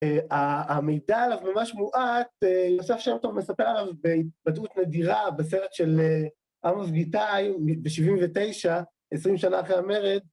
המידע עליו ממש מועט, יוסף שם טוב מספר עליו בהתפתחות נדירה בסרט של עמוס גיטאי, ב-79, 20 שנה אחרי המרד.